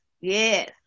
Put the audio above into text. yes